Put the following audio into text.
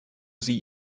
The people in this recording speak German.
sie